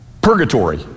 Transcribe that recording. Purgatory